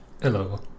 Hello